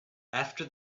after